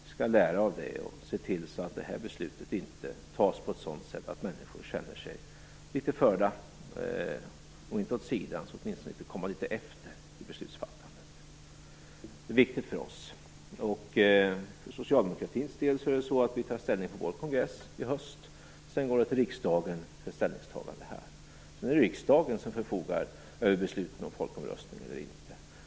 Vi skall lära av det och se till så att det här beslutet fattas på ett sådant sätt att människor inte känner att de är, om inte litet förda åt sidan, så åtminstone inte litet efter i beslutsfattandet. Det är viktigt för oss. Vi socialdemokrater tar ställning på vår kongress i höst. Sedan går frågan till riksdagen för ett ställningstagande här. Sedan är det riksdagen som förfogar över besluten om folkomröstning eller inte.